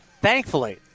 Thankfully